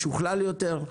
משוכלל יותר,